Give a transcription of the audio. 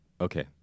Okay